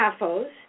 CAFOs